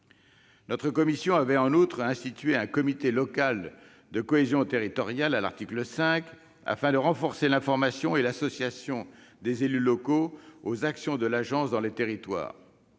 Notre commission avait en outre institué, à l'article 5, un comité local de la cohésion territoriale afin de renforcer l'information et l'association des élus locaux aux actions de l'agence dans les territoires.